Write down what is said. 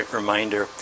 reminder